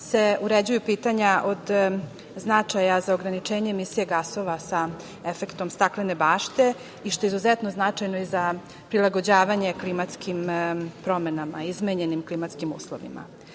se uređuju pitanja od značaja za ograničenje emisije gasova sa efektom staklene bašte i što je izuzetno značajno, i za prilagođavanje klimatskim promenama, izmenjenim klimatskim uslovima. Krajnji